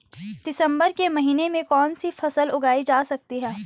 दिसम्बर के महीने में कौन सी फसल उगाई जा सकती है?